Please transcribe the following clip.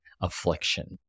affliction